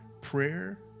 prayer